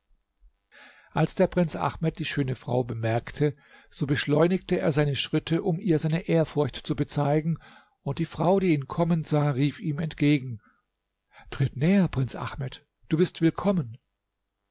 als der prinz ahmed die schöne frau bemerkte so beschleunigte er seine schritte um ihr seine ehrfurcht zu bezeigen und die frau die ihn kommen sah rief ihm entgegen tritt näher prinz ahmed du bist willkommen